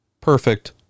perfect